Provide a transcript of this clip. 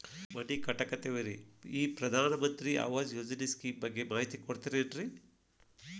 ಮನಿ ಕಟ್ಟಕತೇವಿ ರಿ ಈ ಪ್ರಧಾನ ಮಂತ್ರಿ ಆವಾಸ್ ಯೋಜನೆ ಸ್ಕೇಮ್ ಬಗ್ಗೆ ಮಾಹಿತಿ ಕೊಡ್ತೇರೆನ್ರಿ?